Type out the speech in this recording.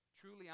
truly